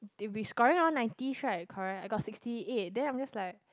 they will be scoring around nineties right correct I got sixty eight then I'm just like